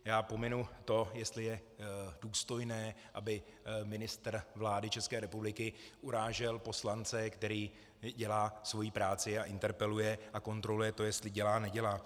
Já pominu to, jestli je důstojné, aby ministr vlády České republiky urážel poslance, který dělá svoji práci a interpeluje a kontroluje to, jestli dělá, nedělá.